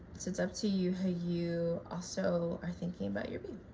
it's it's up to you how you also are thinking about your b.